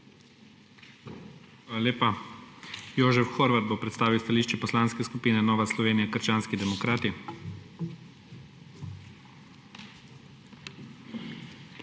lepa. Jožef Horvat bo predstavil stališče Poslanske skupine Nova Slovenija - krščanski demokrati.